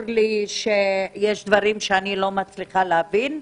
לי שיש דברים שאני לא מצליחה להבין.